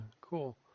Cool